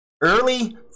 Early